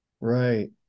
Right